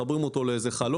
מחברים אותו לחלון,